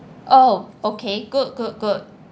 oh okay good good good